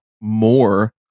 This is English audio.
more